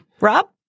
Rob